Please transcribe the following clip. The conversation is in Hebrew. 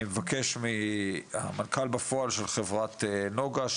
אני מבקש מהמנכ"ל בפועל של חברת נגה,